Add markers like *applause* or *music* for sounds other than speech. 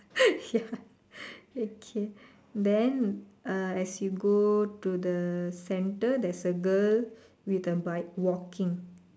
*laughs* ya okay then uh as you go to the centre there's a girl with a bike walking